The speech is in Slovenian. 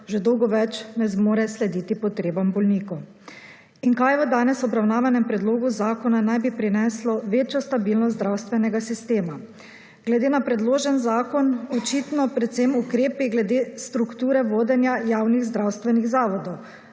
že dolgo več ne zmore slediti potrebam bolnikov. Kaj danes v obravnavanem predlogu zakona naj bi prineslo večjo stabilnost zdravstvenega sistema? Glede na predložen zakon očitno predvsem ukrepi glede strukture vodenja javnih zdravstvenih zavodov.